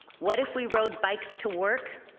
what if we rode bikes to work,